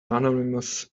anonymous